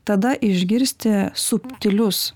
tada išgirsti subtilius